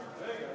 יואב,